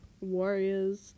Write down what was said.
warriors